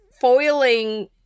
foiling